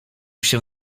się